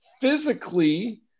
physically